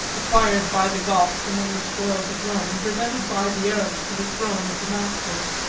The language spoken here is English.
acquired by the goths among the spoils of rome, and presented by the arabs to the throne of damascus.